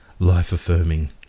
life-affirming